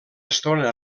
estona